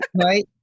Right